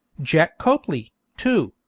jack copley, too,